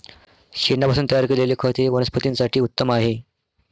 शेणापासून तयार केलेले खत हे वनस्पतीं साठी उत्तम आहे